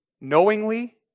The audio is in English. knowingly